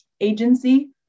agency